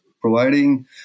providing